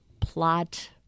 plot